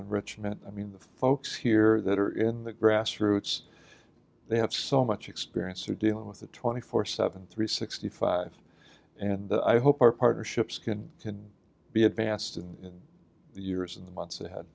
enrichment i mean the folks here that are in the grassroots they have so much experience of dealing with the twenty four seven three sixty five and i hope our partnerships can can be advanced in the years and the months ahe